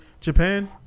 Japan